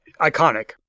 iconic